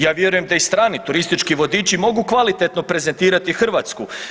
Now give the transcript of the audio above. Ja vjerujem da i strani turistički vodiči mogu kvalitetno prezentirati Hrvatsku.